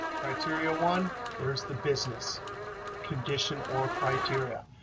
criteria one there's the business condition or criteria,